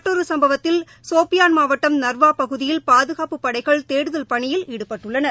மற்றொரு சம்பவத்தில் ஷோபியான் மாவட்டம் நர்வா பகுதியில் பாதுகாப்பு படைகள் தேடுதல் பணியில் ஈடுபட்டுள்ளனர்